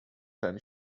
tan